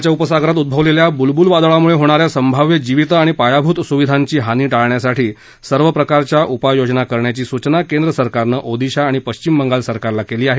बंगालच्या उपसागरात उद्भवलेल्या बुलबुल वादळामुळे होणाऱ्या संभाव्य जीवित आणि पायाभूत सुविधांची हानी टाळण्यासाठी सर्व प्रकारच्या उपाययोजना करण्याची सूचना केंद्र सरकारनं ओदिशा आणि पश्चिम बंगाल सरकारला केली आहे